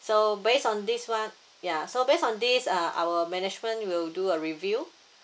so based on this one ya so based on this uh our management will do a review